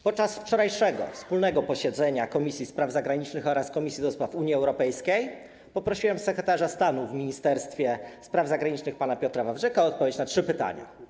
Podczas wczorajszego wspólnego posiedzenia Komisji Spraw Zagranicznych oraz Komisji do Spraw Unii Europejskiej poprosiłem sekretarza stanu w Ministerstwie Spraw Zagranicznych pana Piotra Wawrzyka o odpowiedź na trzy pytania.